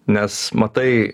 nes matai